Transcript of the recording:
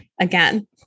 again